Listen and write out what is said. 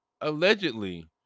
Allegedly